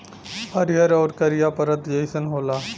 हरिहर आउर करिया परत जइसन होला